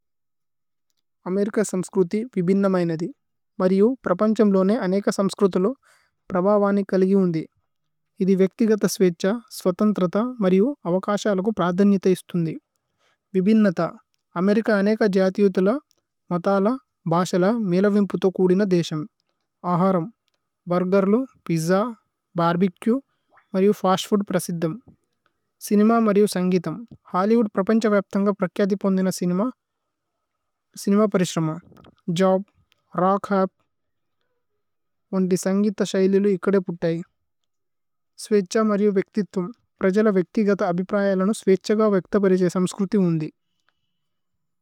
America സമ്സ്ക്രുതി വിബിന്നമൈനദി മരിയു। പ്രപന്ഛമ് ലോനേ അനേക സമ്സ്ക്രുതിലു പ്രഭവനി। കലിഗി ഉന്ദി ഇദി വേക്തിഗത സ്വേത്ഛ സ്വതന്ത്രത। മരിയു അവകശലകു പ്രധന്യത ഇസ്തുന്ദി വിബി। ന്നത അമേരിക അനേക ജതിയുതില മതല ബസല। മേലവിമ്പു തോ കൂദിന ദേസമ് അഹരമ് ഭുര്ഗേര്ലു। പിജ്ജ ബര്ബേകുഏ മരിയു ഫസ്ത് ഫൂദ് പ്രസിദ്ദമ്। സിനിമ മരിയു സന്ഗിതമ് ഹോല്ല്യ്വൂദ് പ്രപന്ഛ। വപ്ഥന്ഗ പ്രക്യാതി പോന്ധിന സിനിമ സിനിമ। പരിശ്രമ ജോബ് രോച്ക് ഹപ് വോന്തി സന്ഗിത ശൈലിലു। ഇക്കദേ പുത്തൈ സ്വേത്ഛ മരിയു। വേക്തിത്തുമ് പ്രജല വേക്തിഗത അബിപ്രയലനു। സ്വേത്ഛ ഗ വേക്ത പരേജ സമ്സ്ക്രുതി ഉന്ദി।